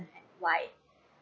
why